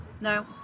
No